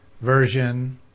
version